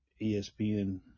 ESPN